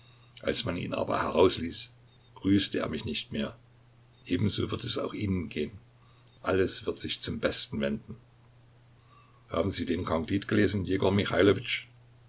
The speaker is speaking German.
als man ihn aber herausließ grüßte er mich nicht mehr ebenso wird es auch ihnen gehen alles wird sich zum besten wenden haben sie den candide gelesen